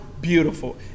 beautiful